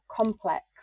complex